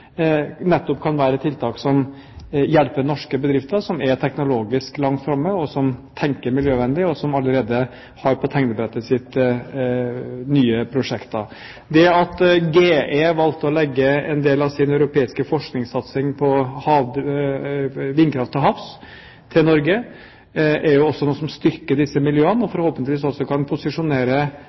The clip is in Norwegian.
nettopp kan være tiltak som hjelper norske bedrifter som teknologisk er langt framme, som tenker miljøvennlig, og som allerede har nye prosjekter på tegnebrettet sitt. Det at GE valgte å legge en del av sin europeiske forskningssatsing på vindkraft til havs til Norge, er også noe som styrker disse miljøene og forhåpentligvis kan posisjonere